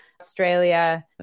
Australia